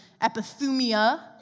epithumia